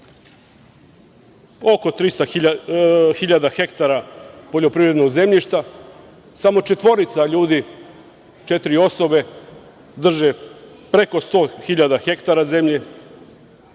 oko 300 hiljada hektara poljoprivrednog zemljišta. Samo četvorica ljudi, četiri osobe drže preko 100 hiljada hektara zemlje,